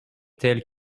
tels